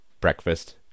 breakfast